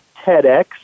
TEDx